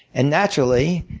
and naturally,